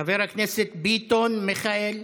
חבר הכנסת ביטון מיכאל.